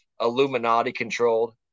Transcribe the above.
Illuminati-controlled